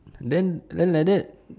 then then like that